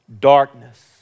darkness